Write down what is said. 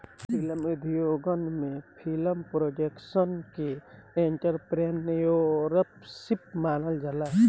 film उद्योगन में film production के एंटरप्रेन्योरशिप मानल जाला